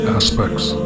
aspects